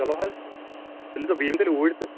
چلو حظ تیٚلہِ بہٕ یِمہٕ تیٚلہِ اوٗرۍ تہٕ